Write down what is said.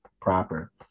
proper